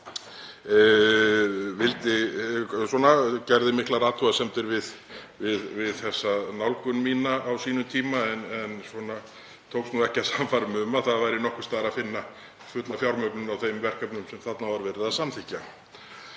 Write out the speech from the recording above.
ég man rétt, gerði miklar athugasemdir við þessa nálgun mína á sínum tíma en tókst nú ekki að sannfæra mig um að það væri nokkurs staðar að finna fulla fjármögnun á þeim verkefnum sem þarna var verið að samþykkja.